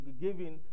giving